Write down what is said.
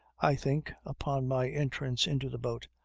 i think, upon my entrance into the boat,